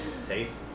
Taste